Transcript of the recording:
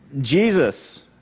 Jesus